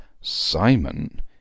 Simon